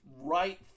right